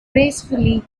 gracefully